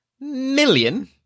million